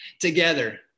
together